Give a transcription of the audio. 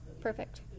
Perfect